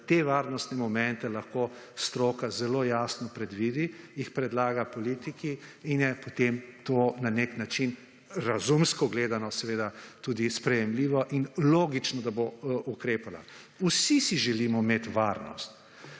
da te varnostne momente lahko stroka zelo jasno predvidi, jih predlaga politiki in je potem to na nek način razumsko gledano, seveda, tudi sprejemljivo in logično, da bo ukrepala. Vsi si želimo imeti varnost.